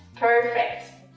perfect,